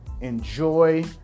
enjoy